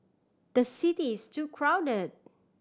the city is too crowded